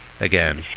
Again